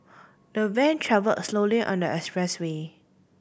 the van travelled slowly on the expressway